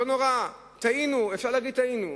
לא נורא, אפשר להגיד "טעינו".